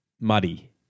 Muddy